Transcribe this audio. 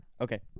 Okay